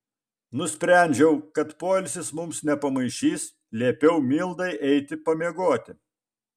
nusprendžiau kad poilsis mums nepamaišys liepiau mildai eiti pamiegoti